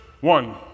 One